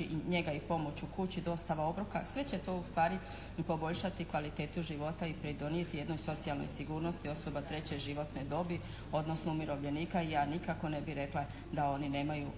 i njega u kući, dostava obroka. Sve će to ustvari poboljšati kvalitetu života i pridonijeti jednoj socijalnoj sigurnosti osoba treće životne dobi odnosno umirovljenika. I ja nikako ne bi rekla da oni nemaju